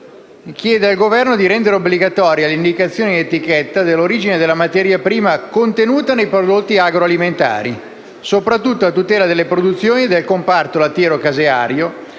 testualmente -«rendere obbligatoria l'indicazione in etichetta dell'origine della materia prima contenuta nei prodotti agroalimentari, soprattutto a tutela delle produzioni del comparto lattiero-caseario,